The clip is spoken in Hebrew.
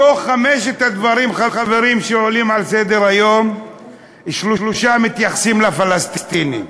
מחמשת הדברים, חברים, שלושה מתייחסים לפלסטינים: